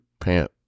pant